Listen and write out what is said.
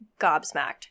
gobsmacked